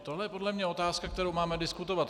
Tohle je podle mě otázka, kterou máme taky diskutovat.